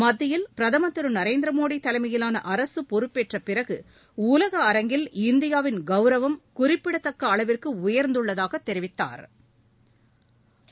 மத்தியில் பிரதமா் திரு நரேந்திர மோடி தலைமையிவாள அரசு பொறுப்பேற்ற பிறகு உலக அரங்கில் இந்தியாவின் கவரவம் குறிப்பிடத்தக்க அளவிற்கு உயா்ந்துள்ளதாக தெரிவித்தாா்